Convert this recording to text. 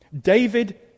David